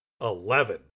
eleven